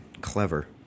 clever